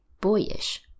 boyish